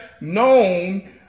known